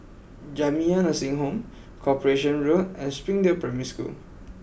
Jamiyah Nursing Home Corporation Road and Springdale Primary School